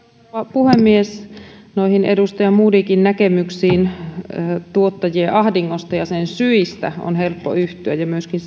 puhemies noihin edustaja modigin näkemyksiin tuottajien ahdingosta ja sen syistä on helppo yhtyä ja myöskin